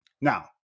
Now